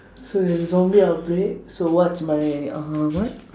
so if there's a zombie outbreak so what's my uh what